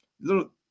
little